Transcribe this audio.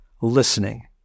listening